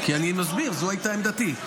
אני מסביר, כי זו הייתה עמדתי.